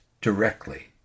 directly